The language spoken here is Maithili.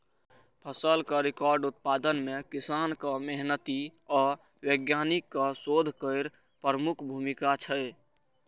फसलक रिकॉर्ड उत्पादन मे किसानक मेहनति आ वैज्ञानिकक शोध केर प्रमुख भूमिका छै